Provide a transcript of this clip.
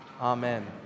Amen